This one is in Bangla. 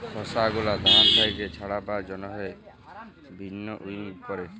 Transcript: খসা গুলা ধান থেক্যে ছাড়াবার জন্হে ভিন্নউইং ক্যরে